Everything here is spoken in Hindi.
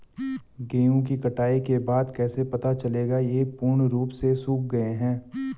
गेहूँ की कटाई के बाद कैसे पता चलेगा ये पूर्ण रूप से सूख गए हैं?